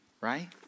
right